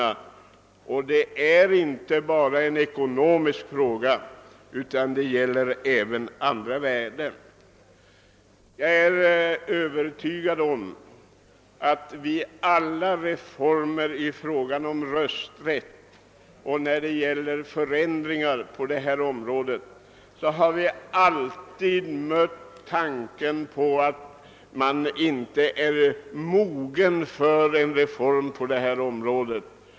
Detta är inte bara en ekonomisk sak utan det gäller även andra värden. Vid alla förändringar i fråga om rösträtten har vi mött tanken att man inte är mogen för en reform på detta område.